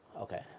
Okay